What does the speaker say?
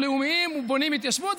לאומיים ובונים התיישבות,